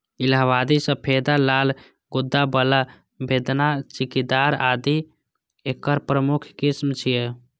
इलाहाबादी सफेदा, लाल गूद्दा बला, बेदाना, चित्तीदार आदि एकर प्रमुख किस्म छियै